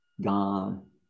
gone